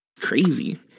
Crazy